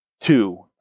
two